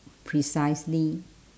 precisely